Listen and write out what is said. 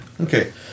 okay